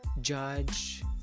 judge